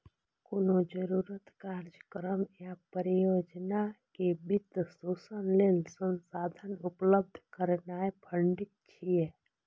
कोनो जरूरत, कार्यक्रम या परियोजना के वित्त पोषण लेल संसाधन उपलब्ध करेनाय फंडिंग छियै